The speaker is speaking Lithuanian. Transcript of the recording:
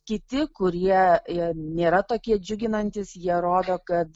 kiti kurie jie nėra tokie džiuginantys jie rodo kad